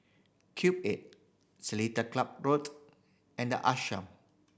Cube Eight Seletar Club Road and The Ashram